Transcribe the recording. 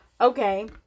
okay